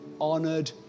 honored